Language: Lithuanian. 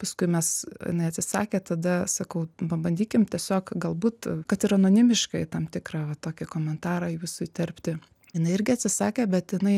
paskui mes jinai atsisakė tada sakau pabandykim tiesiog galbūt kad ir anonimiškai tam tikrą va tokį komentarą jūsų įterpti jinai irgi atsisakė bet jinai